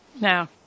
Now